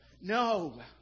No